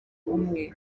umwe